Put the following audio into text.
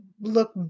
look